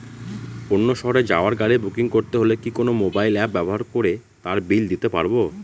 অন্য শহরে যাওয়ার গাড়ী বুকিং করতে হলে কি কোনো মোবাইল অ্যাপ ব্যবহার করে তার বিল দিতে পারব?